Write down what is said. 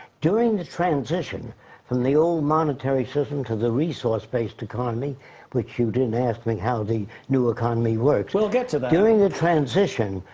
during the transition from the old monetary system to the resource-based economy which you didn't ask me how the new economy works. we'll get to that. during the transition,